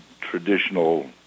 traditional